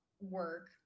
work